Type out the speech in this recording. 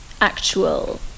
actual